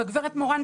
והגב' מורן,